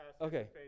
okay